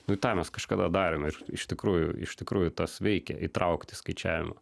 nu tą mes kažkada darėm ir iš tikrųjų iš tikrųjų tas veikia įtraukti į skaičiavimą